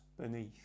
beneath